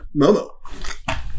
Momo